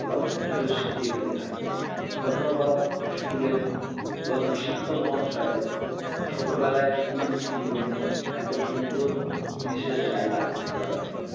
এবং চিরস্মৃতি হয়ে থাকবে ধন্যবাদ স্কুলের প্রধান শিক্ষক মহাশয় ছোটোবেলায় স্কুল জীবনে এতো সুন্দর বিশেষ জায়গা ঘোরানোর জন্য